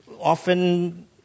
often